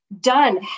done